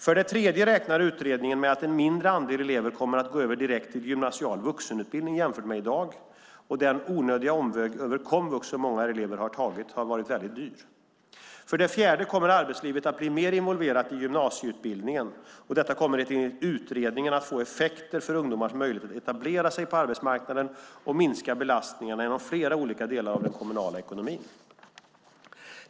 För det tredje räknar utredningen med att en mindre andel elever kommer att gå över direkt till gymnasial vuxenutbildning jämfört med i dag. Den onödiga omväg över komvux som många elever har tagit har varit väldigt dyr. För det fjärde kommer arbetslivet att bli mer involverat i gymnasieutbildningen, och detta kommer enligt utredningen att få effekter för ungdomars möjligheter att etablera sig på arbetsmarknaden och minska belastningarna inom flera olika delar av den kommunala ekonomin.